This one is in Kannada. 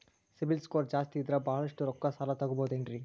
ಸಿಬಿಲ್ ಸ್ಕೋರ್ ಜಾಸ್ತಿ ಇದ್ರ ಬಹಳಷ್ಟು ರೊಕ್ಕ ಸಾಲ ತಗೋಬಹುದು ಏನ್ರಿ?